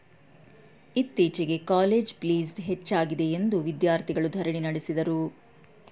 ಇತ್ತೀಚೆಗೆ college fees ಹೆಚ್ಚಾಗಿದೆಯೆಂದು ವಿದ್ಯಾರ್ಥಿಗಳು ಧರಣಿ ನಡೆಸಿದರು